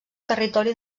territori